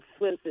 swimsuits